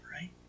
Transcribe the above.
right